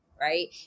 Right